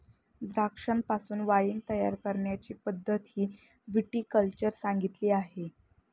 द्राक्षांपासून वाइन तयार करण्याची पद्धतही विटी कल्चर सांगितली आहे